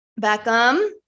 Beckham